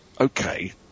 okay